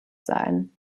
sein